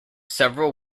several